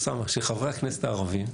אוסאמה של חברי הכנסת הערבים,